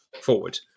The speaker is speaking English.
forward